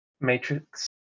Matrix